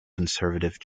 conservative